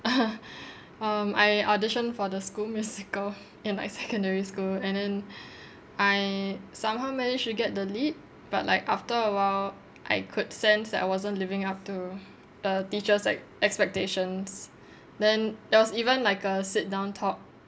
um I auditioned for the school musical in my secondary school and then I somehow managed to get the lead but like after awhile I could sense that I wasn't living up to the teachers' like expectations then there was even like a sit down talk